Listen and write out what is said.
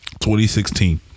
2016